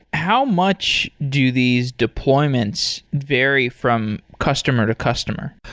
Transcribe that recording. how much do these deployments vary from customer to customer?